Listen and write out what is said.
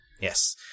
Yes